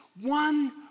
one